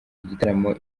igitaramo